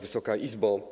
Wysoka Izbo!